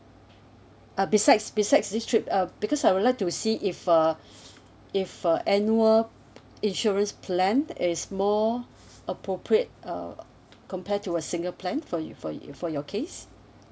uh besides besides this trip uh because I would like to see if uh if uh annual insurance plan that is more appropriate uh compared to a single plan for you for you for your case